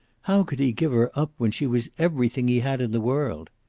how could he give her up, when she was everything he had in the world?